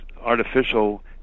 artificial